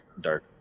dark